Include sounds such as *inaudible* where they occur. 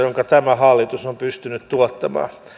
*unintelligible* jonka tämä hallitus on pystynyt tuottamaan